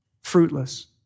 fruitless